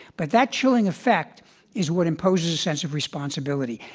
but that chilling effect is what imposes a sense of responsibility.